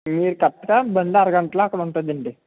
మీరు కరెక్ట్గా బండి అరగంటలో అక్కడ ఉంటుంది అండి